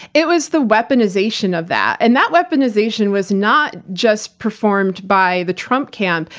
it was the weaponization of that. and that weaponization was not just performed by the trump camp,